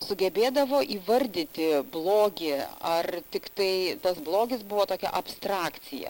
sugebėdavo įvardyti blogį ar tiktai tas blogis buvo tokia abstrakcija